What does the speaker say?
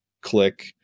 click